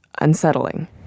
unsettling